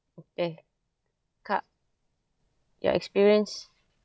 okay kak your experience